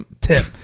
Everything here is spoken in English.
tip